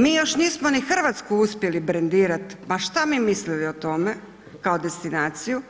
Mi još nismo ni RH uspjeli brendirat, ma šta mi mislili o tome kao destinaciju